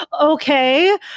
okay